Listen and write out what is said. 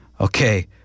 Okay